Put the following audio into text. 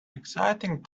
exciting